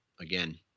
again